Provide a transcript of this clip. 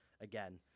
Again